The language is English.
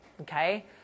okay